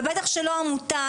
ובטח שלא עמותה,